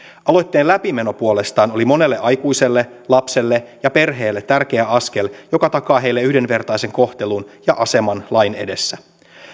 aloitteen läpimeno puolestaan oli monelle aikuiselle lapselle ja perheelle tärkeä askel joka takaa heille yhdenvertaisen kohtelun ja aseman lain edessä